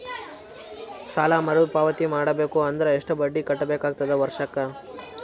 ಸಾಲಾ ಮರು ಪಾವತಿ ಮಾಡಬೇಕು ಅಂದ್ರ ಎಷ್ಟ ಬಡ್ಡಿ ಕಟ್ಟಬೇಕಾಗತದ ವರ್ಷಕ್ಕ?